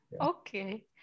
Okay